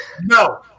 No